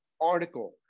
article